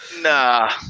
Nah